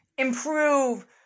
improve